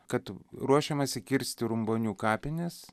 kad ruošiamasi kirsti rumbonių kapines